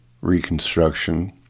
reconstruction